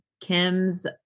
Kim's